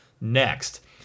next